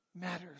matters